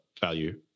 value